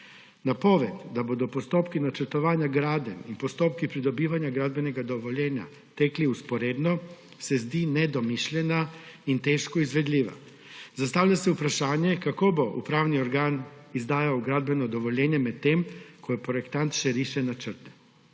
Napoved, da bodo postopki načrtovanja gradenj in postopki pridobivanja gradbenega dovoljenja tekli vzporedno, se zdi nedomišljena in težko izvedljiva. Zastavlja se vprašanje, kako bo upravni organ izdajal gradbeno dovoljenje, medtem ko projektant še riše načrte.